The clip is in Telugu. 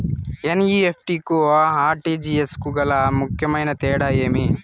ఎన్.ఇ.ఎఫ్.టి కు ఆర్.టి.జి.ఎస్ కు గల ముఖ్యమైన తేడా ఏమి?